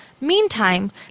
Meantime